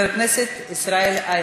הצעה מס' 5412. חבר הכנסת ישראל אייכלר,